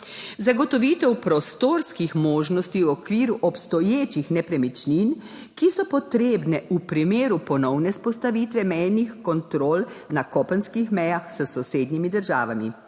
Zagotovitev prostorskih možnosti v okviru obstoječih nepremičnin, ki so potrebne v primeru ponovne vzpostavitve mejnih kontrol na kopenskih mejah s sosednjimi državami.